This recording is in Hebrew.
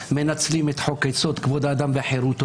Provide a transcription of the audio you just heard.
מנצלים את חוק יסוד: כבוד האדם וחירותו,